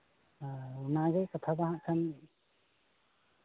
ᱚᱱᱟᱜᱮ ᱠᱟᱛᱷᱟ ᱫᱚ ᱦᱟᱜ ᱠᱷᱟᱱ